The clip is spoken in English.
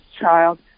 child